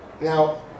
Now